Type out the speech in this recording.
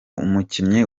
umukinnyi